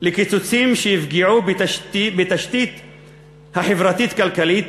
לקיצוצים שיפגעו בתשתית החברתית-כלכלית,